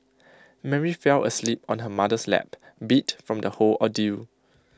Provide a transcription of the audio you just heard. Mary fell asleep on her mother's lap beat from the whole ordeal